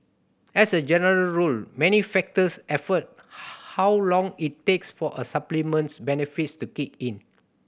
as a general rule many factors affect how long it takes for a supplement's benefits to kick in